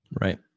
Right